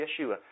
Yeshua